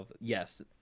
yes